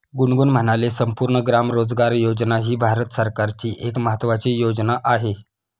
गुनगुन म्हणाले, संपूर्ण ग्राम रोजगार योजना ही भारत सरकारची एक महत्त्वाची योजना आहे